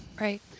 right